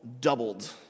doubled